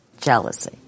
Jealousy